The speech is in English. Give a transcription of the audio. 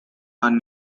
are